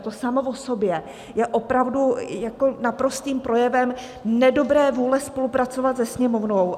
To samo o sobě je opravdu naprostým projevem nedobré vůle spolupracovat se Sněmovnou.